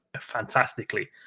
fantastically